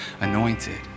anointed